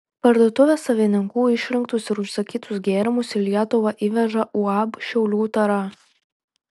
parduotuvės savininkų išrinktus ir užsakytus gėrimus į lietuvą įveža uab šiaulių tara